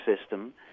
system